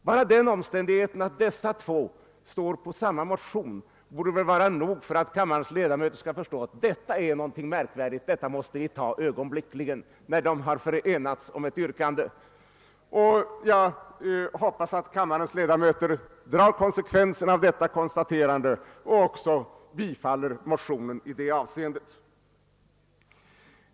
Bara den omständigheten att dessa två står bakom samma motion borde vara nog för att kammarens ledamöter skall förstå, att detta är någonting så märkvärdigt att det måste bli ett beslut ögonblickligen. Jag hoppas att kammarens ledamöter drar konsekvenserna av detta konstaterande och också bifaller motionen i detta avseende.